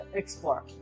explore